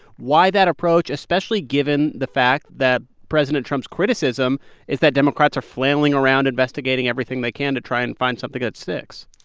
why that approach, especially given the fact that president trump's criticism is that democrats are flailing around investigating everything they can to try and find something that sticks?